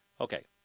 Okay